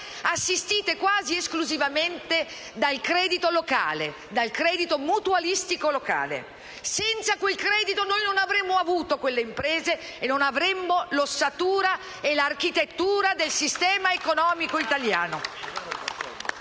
assistite quasi esclusivamente dal credito mutualistico locale. Senza quel credito non avremmo avuto quelle imprese e non avremmo l'ossatura e l'architettura del sistema economico italiano.